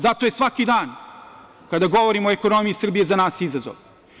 Zato je svaki dan, kada govorimo o ekonomiji Srbije, za nas izazov.